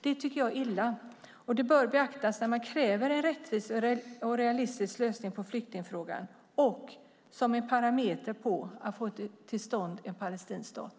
Det tycker jag är illavarslande och bör beaktas när man kräver en rättvis och realistisk lösning på flyktingfrågan och som en parameter på att få till stånd en palestinsk stat.